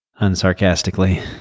unsarcastically